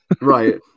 Right